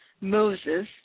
Moses